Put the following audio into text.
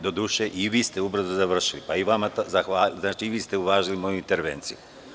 Doduše, i vi ste ubrzo završili i vama zahvaljujem što ste uvažili moju intervenciju.